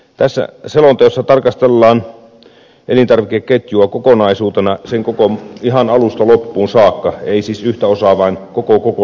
tässä selonteossa tarkastellaan elintarvikeketjua kokonaisuutena ihan sen alusta loppuun saakka ei siis yhtä osaa vaan koko kokonaisuutta täydellisesti